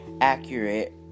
accurate